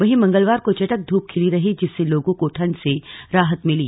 वहीं मंगलवार को चटक धूप खिली रही जिससे लोगों को ठंड से राहत मिली